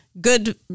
good